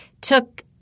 Took